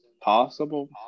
possible